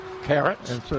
Carrots